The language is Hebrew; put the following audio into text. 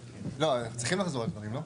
לא, צריכים לחזור על הדברים, לא?